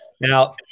Now